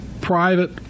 private